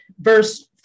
verse